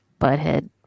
butthead